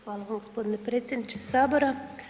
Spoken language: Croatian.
Hvala gospodine predsjedniče sabora.